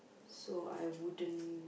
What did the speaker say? so I wouldn't